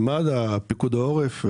מד"א, פיקוד העורף.